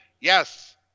Yes